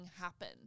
happen